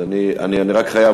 אני רק חייב,